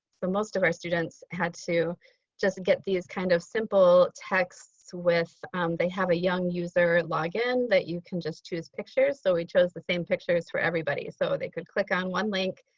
most of our students had to just get these kind of simple texts with they have a young user login that you can just choose pictures. so we chose the same pictures for everybody. so they could click on one link,